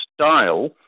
style